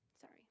sorry